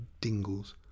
dingles